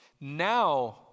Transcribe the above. Now